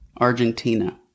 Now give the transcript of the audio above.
Argentina